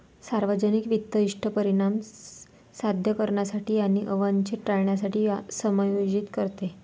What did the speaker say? सार्वजनिक वित्त इष्ट परिणाम साध्य करण्यासाठी आणि अवांछित टाळण्यासाठी समायोजित करते